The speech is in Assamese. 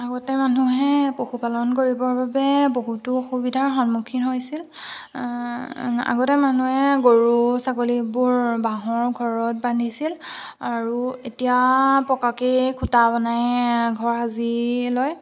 আগতে মানুহে পশুপালন কৰিবৰ বাবে বহুতো অসুবিধাৰ সন্মুখীন হৈছিল আগতে মানুহে গৰু ছাগলীবোৰ বাঁহৰ ঘৰত বান্ধিছিল আৰু এতিয়া পকাকেই খুটা বনাই ঘৰ সাজি লয়